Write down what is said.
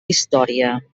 història